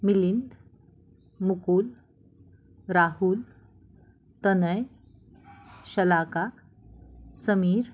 Milind Mukul Rahul Tanay Shalaka Sameer